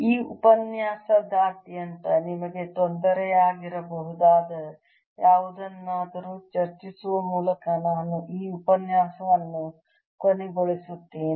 ಈ ಉಪನ್ಯಾಸದಾದ್ಯಂತ ನಿಮಗೆ ತೊಂದರೆಯಾಗಿರಬಹುದಾದ ಯಾವುದನ್ನಾದರೂ ಚರ್ಚಿಸುವ ಮೂಲಕ ನಾನು ಈ ಉಪನ್ಯಾಸವನ್ನು ಕೊನೆಗೊಳಿಸುತ್ತೇನೆ